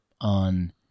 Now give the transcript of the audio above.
on